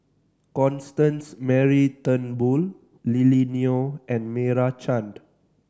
Constance Mary Turnbull Lily Neo and Meira Chand